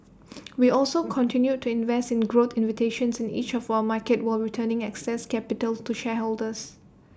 we also continued to invest in growth invitations in each of our markets where returning excess capital to shareholders